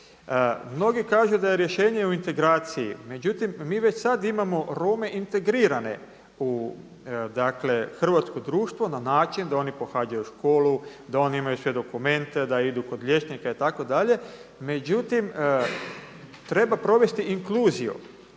Mnogi kažu da je rješenje u integraciji, međutim mi već sad imamo Rome integrirane u hrvatsko društvo na način da oni pohađaju školu, da oni imaju sve dokumente, da idu kod liječnika itd. Međutim, treba provesti inkluziju,